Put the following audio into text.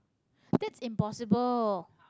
that's impossible